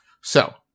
So-